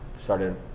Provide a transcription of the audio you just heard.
started